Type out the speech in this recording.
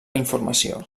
informació